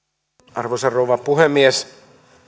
arvoisa rouva puhemies